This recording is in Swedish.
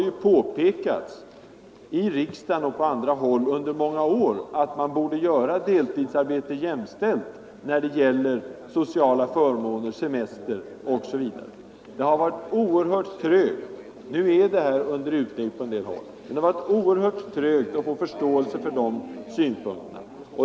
Vi har i riksdagen och på andra håll under många år påpekat att man borde göra deltidsarbete jämställt med heltidsarbete, när det gäller sociala förmåner, semester osv. Nu är detta under utredning på en del håll, men det har varit oerhört trögt att få förståelse för dessa synpunkter.